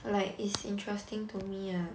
like it's interesting to me ah